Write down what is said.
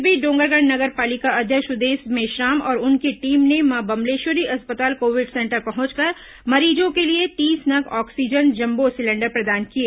इस बीच डोंगरगढ़ नगर पालिका अध्यक्ष सुदेश मेश्राम और उनकी टीम ने मां बम्लेश्वरी अस्पताल कोविड सेंटर पहुंचकर मरीजों के लिए तीस नग ऑक्सीजन जम्बो सिलेंडर प्रदान किए